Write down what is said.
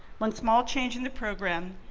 one small change in the program,